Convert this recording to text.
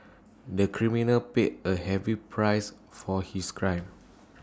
the criminal paid A heavy price for his crime